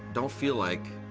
don't feel like